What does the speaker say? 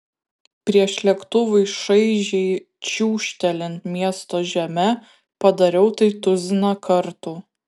prieš lėktuvui šaižiai čiūžtelint miesto žeme padariau tai tuziną kartų